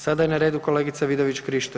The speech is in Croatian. Sada je na redu kolegica Vidović Krišto.